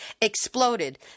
exploded